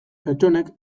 pertsonek